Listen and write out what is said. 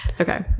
okay